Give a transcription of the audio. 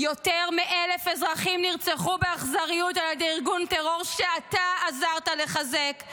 יותר מ-1,000 אזרחים נרצחו באכזריות על ידי ארגון טרור שאתה עזרת לחזק,